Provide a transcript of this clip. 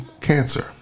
cancer